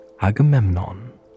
Agamemnon